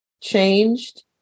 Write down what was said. changed